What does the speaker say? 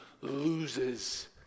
loses